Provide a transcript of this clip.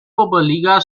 oberliga